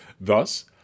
Thus